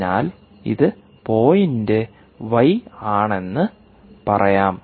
അതിനാൽ ഇത് point y y ആണെന്ന് പറയാം